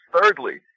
Thirdly